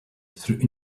through